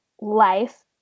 life